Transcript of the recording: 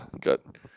good